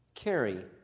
Carry